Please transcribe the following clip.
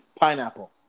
Pineapple